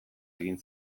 egin